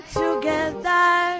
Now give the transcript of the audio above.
together